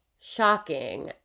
shocking